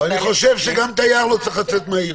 --- אני חושב שגם תייר לא צריך לצאת מהעיר.